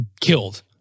killed